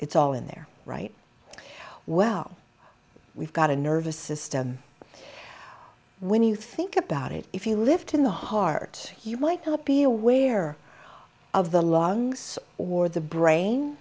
it's all in there right well we've got a nervous system when you think about it if you lived in the heart you michel be aware of the longs or the brain